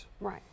Right